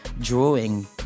drawing